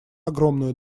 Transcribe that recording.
огромную